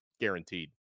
guaranteed